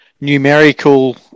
numerical